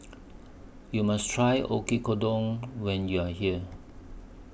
YOU must Try Oyakodon when YOU Are here